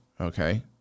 Okay